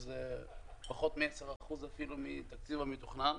שזה פחות אפילו מ-10% מהתקציב המתוכנן.